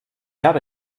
habe